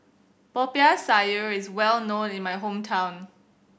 Popiah Sayur is well known in my hometown